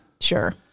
Sure